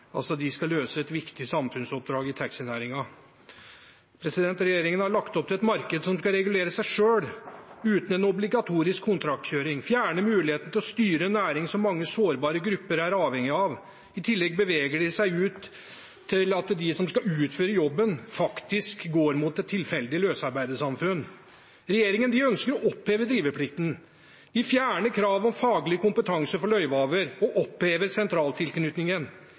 skal løse et viktig samfunnsoppdrag. Regjeringen har lagt opp til et marked som skal regulere seg selv, uten en obligatorisk kontraktkjøring. Man fjerner muligheten til å styre en næring som mange sårbare grupper er avhengig av. I tillegg beveger de seg dit hen at de som skal utføre jobben, faktisk går mot et tilfeldig løsarbeidersamfunn. Regjeringen ønsker å oppheve driveplikten. De fjerner kravet om faglig kompetanse for løyvehaver og opphever sentraltilknytningen.